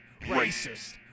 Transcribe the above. racist